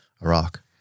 Iraq